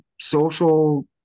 social